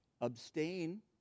abstain